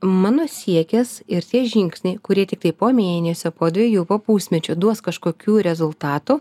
mano siekis ir tie žingsniai kurie tiktai po mėnesio po dviejų po pusmečio duos kažkokių rezultatų